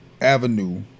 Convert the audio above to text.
avenue